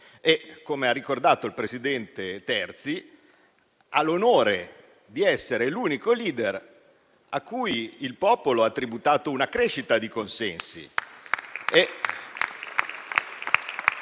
Come ha ricordato il presidente Terzi di Sant'Agata, lei ha l'onore di essere l'unico *leader* a cui il popolo ha tributato una crescita di consensi.